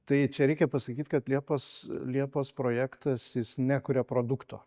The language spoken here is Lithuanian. tai čia reikia pasakyt kad liepos liepos projektas jis nekuria produkto